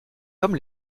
comme